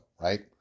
right